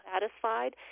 satisfied